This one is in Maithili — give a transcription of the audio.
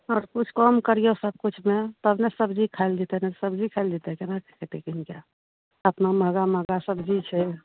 आओर किछु कम करिऔ सबकिछुमे तब ने सबजी खाएल जएतै नहि तऽ सबजी खाएल जएतै कोना के खएतै किनिके अतना महगा महगा सबजी छै